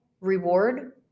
reward